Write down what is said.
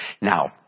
Now